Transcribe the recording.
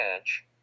Edge